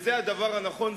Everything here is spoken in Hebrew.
זה הדבר הנכון.